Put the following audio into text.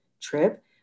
trip